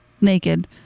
naked